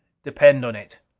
depend on it.